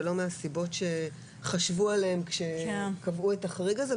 ולא מהסיבות שחשבו עליהן כשקבעו את החריג הזה,